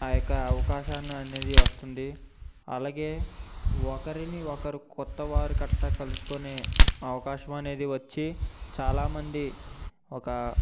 ఆ యొక్క అవకాశాన్ని అనేది వస్తుంది అలాగే ఒకరిని ఒకరు కొత్త వారు కట్ట కలుసుకునే అవకాశం అనేది వచ్చి చాలామంది ఒక